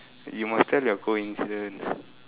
you must tell your coincidence